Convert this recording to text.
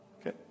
okay